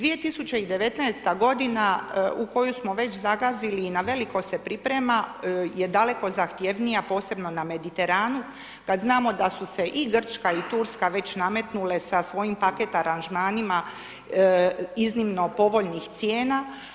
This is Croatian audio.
2019. godina u koju smo već zagazili i na veliko se priprema je daleko zahtjevnija posebno na Mediteranu kad znamo da su se i Grčka i Turska već nametnule sa svojim paket aranžmanima iznimno povoljnih cijena.